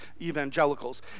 evangelicals